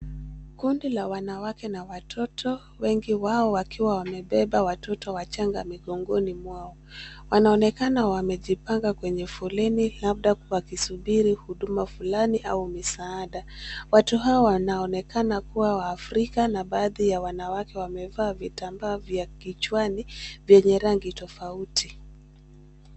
Kundi la wanawake na watoto wengi wao wakiwa wamebeba watoto wachanga migongoni mwao. Wanaonekana wamejipanga kwenye foleni labda wakisubiri huduma fulani au misaada. Watu hawa wanaonekana kuwa waafrika na baadhi ya wanawake wamevaa vitambaa vya kichwani vyenye rangi tofauti.